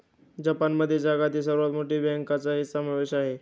जपानमध्ये जगातील सर्वात मोठ्या बँकांचाही समावेश आहे